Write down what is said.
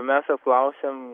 mes apklausėm